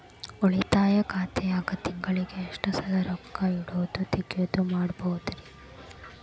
ಉಳಿತಾಯ ಖಾತೆದಾಗ ತಿಂಗಳಿಗೆ ಎಷ್ಟ ಸಲ ರೊಕ್ಕ ಇಡೋದು, ತಗ್ಯೊದು ಮಾಡಬಹುದ್ರಿ?